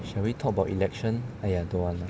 shall we talk about election !aiya! don't want lah